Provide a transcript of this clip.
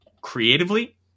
creatively